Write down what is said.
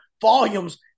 volumes